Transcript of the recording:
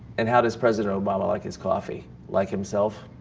and how does president obama like his coffee? like himself?